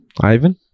Ivan